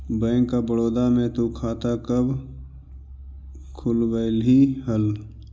bank of Baroda में तु खाता कब खुलवैल्ही हल